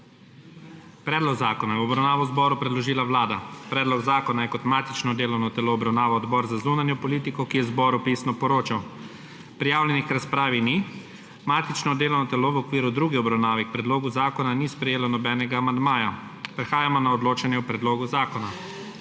Predlog zakona je v obravnavo zboru predložila Vlada. Predlog zakona je kot matično delovno telo obravnaval Odbor za zunanjo politiko, ki je zboru pisno poročal. Prijavljenih k razpravi ni. Matično delovno telo v okviru druge obravnave k predlogu zakona ni sprejelo nobenega amandmaja. Prehajamo na odločanje o predlogu zakona.